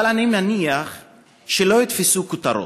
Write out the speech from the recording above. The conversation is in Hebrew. אבל אני מניח שלא יתפסו כותרות,